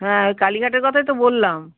হ্যাঁ ওই কালীঘাটের কথাই তো বললাম